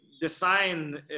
design